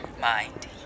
mind